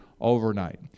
overnight